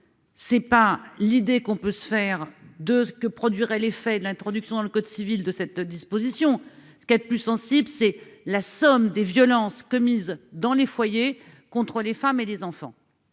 c'est pas l'idée qu'on peut se faire de ce que produirait l'effet de l'introduction dans le code civil de cette disposition, ce qui est plus sensible, c'est la somme des violences commises dans les foyers, contre les femmes et des enfants.